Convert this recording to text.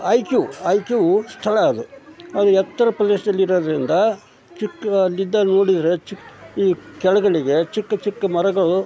I ಕ್ಯೂ ಐ ಕ್ಯೂ ಸ್ಥಳ ಅದು ಅದು ಎತ್ತರ ಪ್ರದೇಶದಲ್ಲಿರೋದ್ರಿಂದ ಚಿಕ್ಕ ಅಲ್ಲಿದ್ದಾಗ ನೋಡಿದರೆ ಚಿ ಈ ಕೆಳಗಡೆಗೆ ಚಿಕ್ಕ ಚಿಕ್ಕ ಮರಗಳು